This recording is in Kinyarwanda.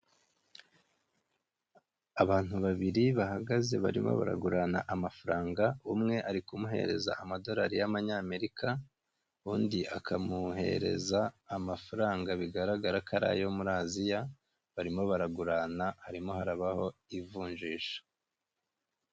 Abantu babiri bahagaze barimo baragurana amafaranga, umwe ari kumuhereza amadorari y'Amanyamerika, undi akamwoherereza amafaranga bigaragara ko ari ayo muri Asia, barimo baragurana harimo harabaho ivunjisha.